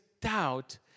doubt